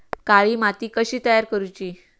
काळी माती कशी तयार करूची?